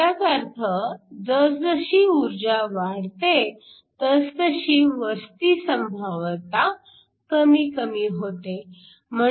ह्याचाच अर्थ जसजशी ऊर्जा वाढते तसतशी वस्ती संभाव्यता कमी कमी होते